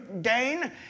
Dane